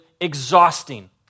exhausting